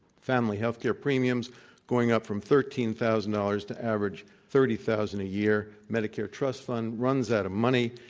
family health care premiums going up from thirteen thousand dollars to average thirty thousand a year, medicare trust fund runs out of money,